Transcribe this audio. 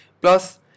Plus